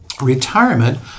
retirement